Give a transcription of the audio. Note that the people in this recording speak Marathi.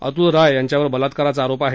अतुल राय यांच्यावर बलात्काराचा आरोप आहे